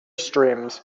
streams